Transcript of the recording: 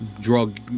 Drug